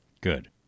good